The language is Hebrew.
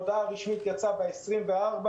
ההודעה הרשמית הראשונה יצאה ב-24 בפברואר,